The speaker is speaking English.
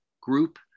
group